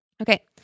okay